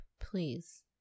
please